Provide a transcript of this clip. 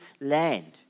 land